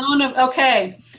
Okay